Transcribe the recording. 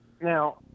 now